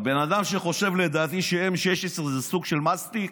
הבן אדם חושב, לדעתי, ש-M-16 זה סוג של מסטיק,